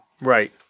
Right